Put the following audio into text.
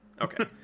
Okay